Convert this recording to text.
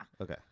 Okay